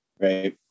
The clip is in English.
Right